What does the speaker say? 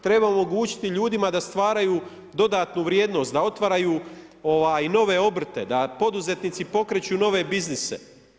Treba omogućiti ljudima da stvaraju dodatnu vrijednost, da otvaraju nove obrte, da poduzetnici pokreću nove biznise.